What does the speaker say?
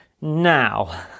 now